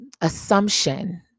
assumption